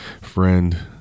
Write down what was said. friend